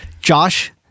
Josh